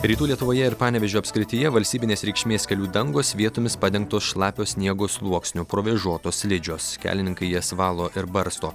rytų lietuvoje ir panevėžio apskrityje valstybinės reikšmės kelių dangos vietomis padengtos šlapio sniego sluoksniu provėžotos slidžios kelininkai jas valo ir barsto